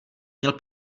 měl